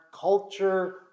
culture